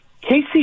Casey